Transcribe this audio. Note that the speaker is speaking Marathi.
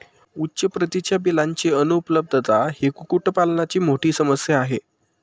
उच्च प्रतीच्या पिलांची अनुपलब्धता ही कुक्कुटपालनाची मोठी समस्या आहे